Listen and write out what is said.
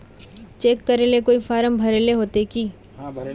Cheque करेला कोई form भरेले होते की?